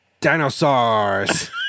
Dinosaurs